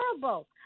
terrible